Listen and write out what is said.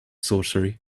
sorcery